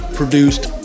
produced